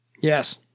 Yes